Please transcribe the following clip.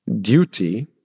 duty